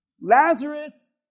Lazarus